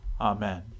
Amen